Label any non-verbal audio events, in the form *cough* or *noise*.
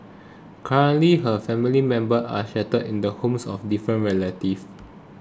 currently her family members are *unintelligible* in the homes of different relatives